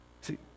See